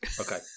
Okay